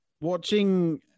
Watching